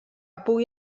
pugui